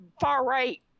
far-right